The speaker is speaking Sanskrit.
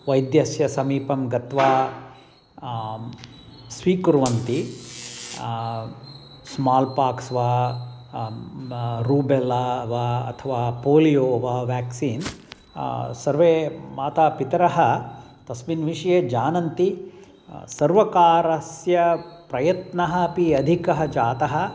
वैद्यस्य समीपं गत्वा आं स्वीकुर्वन्ति स्माल्पाक्स् वा रूबेल्ला वा अथवा पोलियो वा वेक्सीन् सर्वे मातापितरौ तस्मिन् विषये जानन्ति सर्वकारस्य प्रयत्नः अपि अधिकः जातः